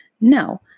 No